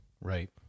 Right